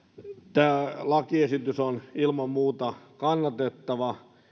tämä lakiesitys on ilman muuta kannatettava